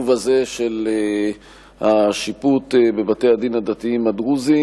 הזה של השיפוט בבתי-הדין הדתיים הדרוזיים,